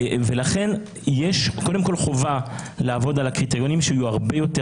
לכן יש קודם כל חובה לעבוד על הקריטריונים שיהיו הרבה יותר